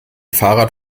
fahrrad